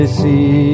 see